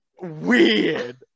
Weird